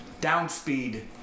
Downspeed